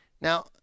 now